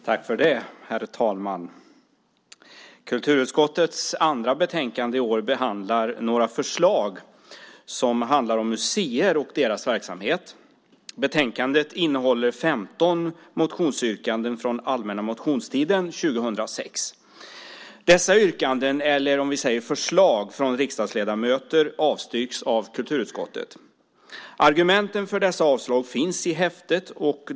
Herr talman! Kulturutskottets andra betänkande i år behandlar några förslag som handlar om museer och deras verksamhet. Betänkandet innehåller 15 motionsyrkanden från den allmänna motionstiden 2006. Dessa förslag från riksdagsledamöter avstyrks av kulturutskottet. Argumenten för dessa avslag finns i häftet.